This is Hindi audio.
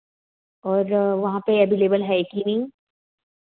और वहाँ पर एवेलेबल है कि नहीं